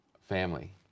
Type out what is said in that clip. family